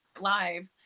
live